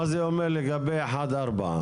שזאת ההסתכלות של כל מדינת ישראל.